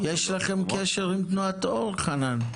יש לכם קשר עם תנועת אור, חנן?